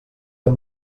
amb